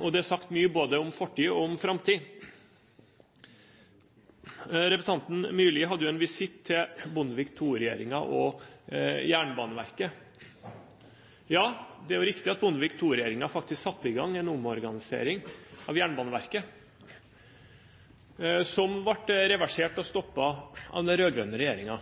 og det er sagt mye både om fortid og om framtid. Representanten Myrli hadde en visitt til Bondevik II-regjeringen og Jernbaneverket. Ja, det er jo riktig at Bondevik II-regjeringen faktisk satte i gang en omorganisering av Jernbaneverket, som ble reversert og stoppet av den